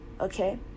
Okay